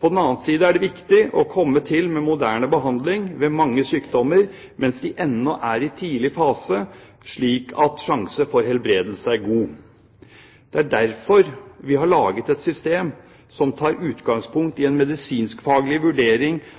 På den annen side er det viktig å komme til med moderne behandling av mange sykdommer mens de ennå er i tidlig fase, slik at sjanse for helbredelse er god. Derfor har vi laget et system som tar utgangspunkt i en medisinsk-faglig vurdering